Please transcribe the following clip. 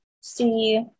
see